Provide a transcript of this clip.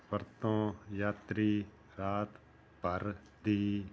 ਵਰਤੋਂ ਯਾਤਰੀ ਰਾਤ ਭਰ ਦੀ